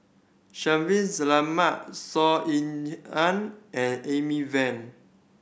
Shaffiq Selamat Saw Ean Ang and Amy Van